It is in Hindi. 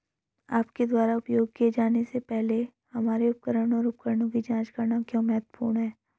आपके द्वारा उपयोग किए जाने से पहले हमारे उपकरण और उपकरणों की जांच करना क्यों महत्वपूर्ण है?